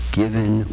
given